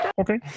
Okay